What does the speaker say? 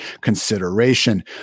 consideration